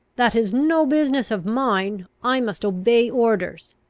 that is no business of mine. i must obey orders.